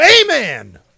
Amen